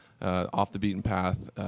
off-the-beaten-path